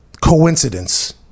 coincidence